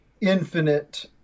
infinite